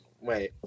Wait